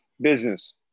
Business